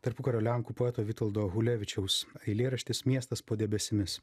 tarpukario lenkų poeto vitoldo hulevičiaus eilėraštis miestas po debesimis